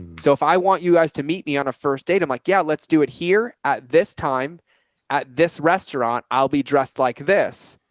so if i want you guys to meet me on a first date, i'm like, yeah, let's do it here at this time at this restaurant, i'll be dressed like this.